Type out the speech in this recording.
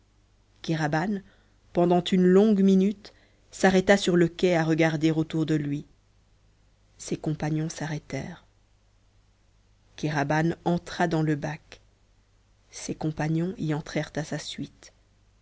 kéraban pendant une longue minute s'arrêta sur le quai a regarder autour de lui ses compagnons s'arrêtèrent kéraban entra dans le bac ses compagnons y entrèrent à sa suite